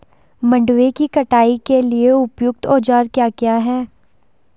मंडवे की कटाई के लिए उपयुक्त औज़ार क्या क्या हैं?